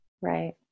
right